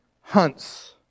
hunts